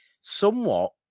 Somewhat